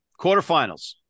Quarterfinals